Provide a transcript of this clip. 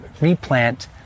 replant